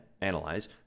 analyze